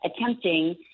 attempting